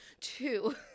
Two